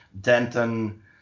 Denton